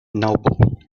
noble